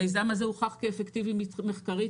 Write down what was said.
המיזם הזה הוכח כאפקטיבי מחקרית.